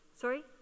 Sorry